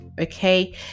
okay